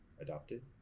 adopted